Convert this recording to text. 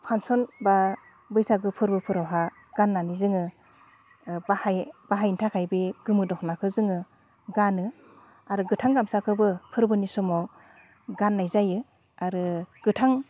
function बा बैसागु फोरबोफोरावहाय गाननानै जोङो बाहायनो थाखाय बे गोमो दखनाखौ जोङो गानो आरो गोथां गामसाखौबो फोरबोनि समाव गाननाय जायो आरो गोथां